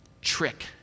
trick